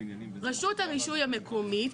רשות הרישוי המקומית,